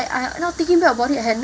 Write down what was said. I now thinking back about it I have no